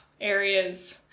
areas